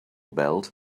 belt